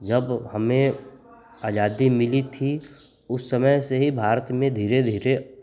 जब हमें आजादी मिली थी उस समय से ही भारत में धीरे धीरे